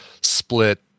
split